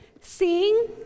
Seeing